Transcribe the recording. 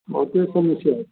बहुते समस्या